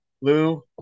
Lou